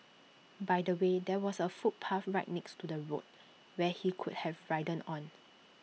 by the way there was A footpath right next to the road where he could have ridden on